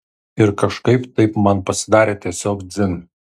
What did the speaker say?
ir kažkaip taip man pasidarė tiesiog dzin